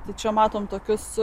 tai čia matom tokius